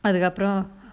அதுக்கப்புறம்:athukkappuram